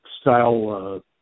style